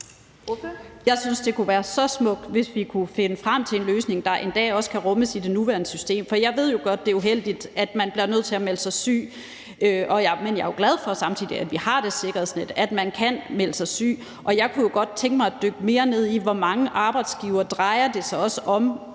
Jeg synes, det kunne være så smukt, hvis vi kunne finde frem til en løsning, der en dag også kan rummes i det nuværende system, for jeg ved jo godt, at det er uheldigt, at man bliver nødt til at melde sig syg. Men jeg er samtidig glad for, at vi har det sikkerhedsnet, at man kan melde sig syg. Jeg kunne jo godt tænke mig at dykke mere ned i, hvor mange arbejdsgivere der giver den